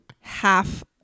half